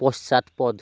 পশ্চাৎপদ